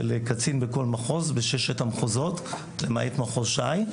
של קצין בכל מחוז, בששת המחוזות, למעט מחוז ש"י.